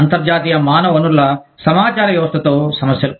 అంతర్జాతీయ మానవ వనరుల సమాచార వ్యవస్థతో సమస్యలు